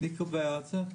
מי קובע את זה?